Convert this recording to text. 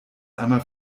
einmal